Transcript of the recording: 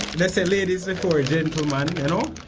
said ladies before gentlemen and um